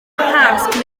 pasg